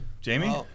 Jamie